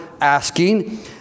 asking